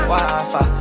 Wi-Fi